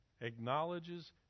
acknowledges